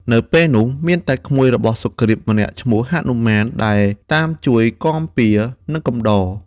នៅពេលនោះ មានតែក្មួយរបស់សុគ្រីបម្នាក់ឈ្មោះហនុមាន ដែលតាមជួយគាំពារ និងកំដរ ។